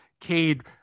Cade